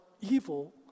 evil